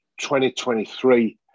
2023